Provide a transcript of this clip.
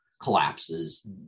collapses